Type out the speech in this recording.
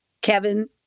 Kevin